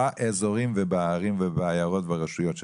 באזורים, בערים, בעיירות וברשויות שלהם.